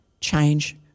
change